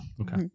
Okay